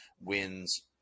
wins